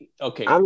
okay